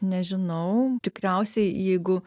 nežinau tikriausiai jeigu